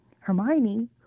Hermione